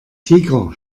tiger